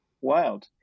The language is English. wild